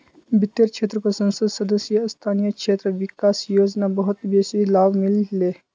वित्तेर क्षेत्रको संसद सदस्य स्थानीय क्षेत्र विकास योजना बहुत बेसी लाभ मिल ले